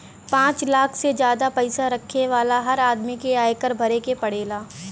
पांच लाख से जादा पईसा रखे वाला हर आदमी के आयकर भरे के पड़ेला